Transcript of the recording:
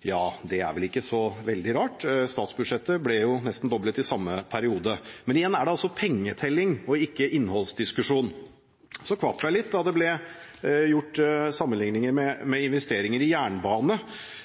i samme periode. Igjen er det pengetelling, ikke innholdsdiskusjon. Jeg skvatt litt da man sammenliknet dette med investeringer i jernbane.